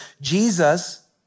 Jesus